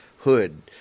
hood